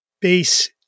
base